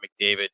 McDavid